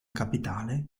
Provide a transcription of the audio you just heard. capitale